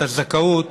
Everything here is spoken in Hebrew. את הזכאות,